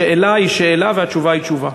השאלה היא שאלה והתשובה היא תשובה.